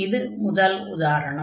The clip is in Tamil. இது முதல் உதாரணம்